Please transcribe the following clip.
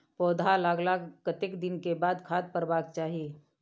पौधा लागलाक कतेक दिन के बाद खाद परबाक चाही?